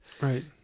Right